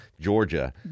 Georgia